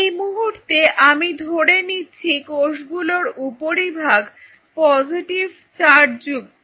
এই মুহূর্তে আমি ধরে নিচ্ছি কোষগুলোর উপরিভাগ পজেটিভ চার্জযুক্ত